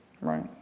Right